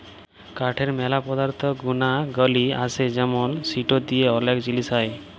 কাঠের ম্যালা পদার্থ গুনাগলি আসে যেমন সিটো দিয়ে ওলেক জিলিস হ্যয়